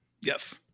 Yes